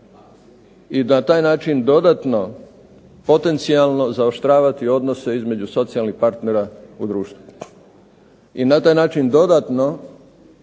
i na taj način dodatno potencijalno zaoštravati odnose između socijalnih partnera u društvu. I na taj način dodatno